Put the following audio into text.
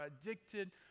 addicted